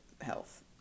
health